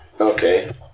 okay